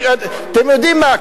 אתם יודעים מה,